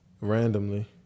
randomly